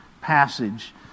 passage